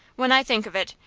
when i think of it,